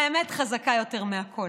האמת חזקה יותר מכול.